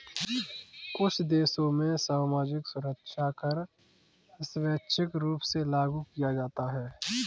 कुछ देशों में सामाजिक सुरक्षा कर स्वैच्छिक रूप से लागू किया जाता है